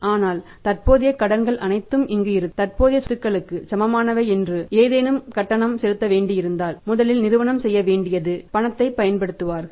ஆனால் தற்போதைய கடன்கள் அனைத்தும் அங்கு இருக்கும் தற்போதைய சொத்துக்களுக்கு சமமானவை மற்றும் ஏதேனும் கட்டணம் செலுத்த வேண்டியிருந்தால் முதலில் நிறுவனம் செய்ய வேண்டியது இருக்கும் பணத்தை பயன்படுத்துவார்கள்